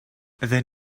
then